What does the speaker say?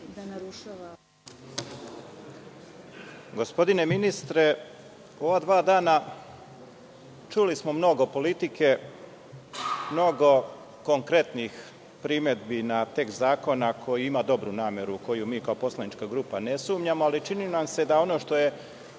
Čikiriz** Gospodine ministre, u ova dva dana čuli smo mnogo politike, mnogo konkretnih primedbi na tekst zakona koji ima dobru nameru u koju mi kao poslanička grupa ne sumnjamo, ali čini nam se da ono što je